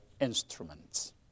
instruments